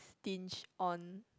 stinge on